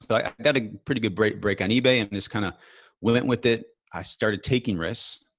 but i got a pretty good break break on ebay and just kind of went with it. i started taking risks.